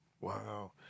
Wow